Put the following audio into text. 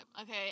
Okay